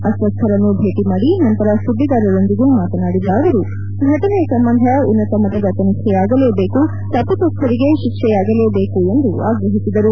ಅಸ್ವಸ್ಟರನ್ನು ಭೇಟಿ ಮಾಡಿ ನಂತರ ಸುದ್ದಿಗಾರರೊಂದಿಗೆ ಮಾತನಾಡಿದ ಅವರು ಫಟನೆ ಸಂಬಂಧ ಉನ್ನತ ಮಟ್ಟದ ತನಿಖೆಯಾಗಲೇಬೇಕು ತಪ್ಪಿತಸ್ವರಿಗೆ ಶಿಕ್ಷೆಯಾಗಲೇಬೇಕು ಎಂದು ಆಗ್ರಹಿಸಿದರು